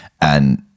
and-